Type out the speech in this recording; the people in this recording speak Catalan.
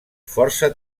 força